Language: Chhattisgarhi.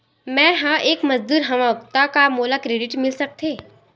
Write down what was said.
मैं ह एक मजदूर हंव त का मोला क्रेडिट मिल सकथे?